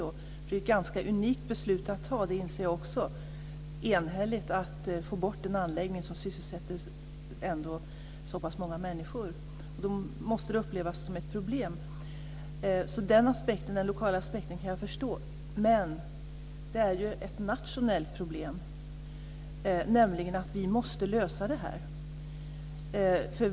Det är ju ganska unikt att fatta ett enhälligt beslut för att få bort en anläggning som sysselsätter så pass många människor. Det inser jag också. Då måste det upplevas som ett problem. Jag kan förstå den lokala aspekten. Men det är ju ett nationellt problem också. Vi måste lösa detta.